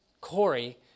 Corey